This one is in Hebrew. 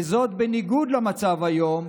וזאת בניגוד למצב היום,